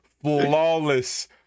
Flawless